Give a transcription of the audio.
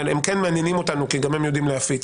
אבל הם מעניינים אותנו כי גם הם יודעים להפיץ.